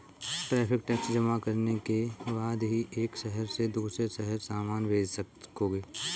tariff tax जमा करने के बाद ही एक शहर से दूसरे शहर सामान भेज सकोगे